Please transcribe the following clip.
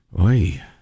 Oi